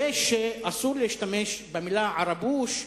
ואסור להשתמש במלה "ערבוש",